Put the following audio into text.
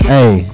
Hey